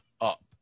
up